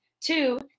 Two